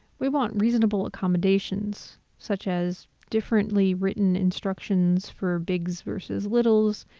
we want reasonable accommodations, such as differently written instructions for bigs versus littles,